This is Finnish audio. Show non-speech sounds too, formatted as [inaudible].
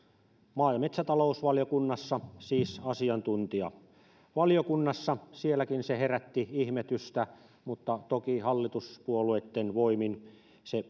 maa ja metsätalousvaliokunnassa siis asiantuntijavaliokunnassa sielläkin se herätti ihmetystä mutta toki hallituspuolueitten voimin se [unintelligible]